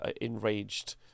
enraged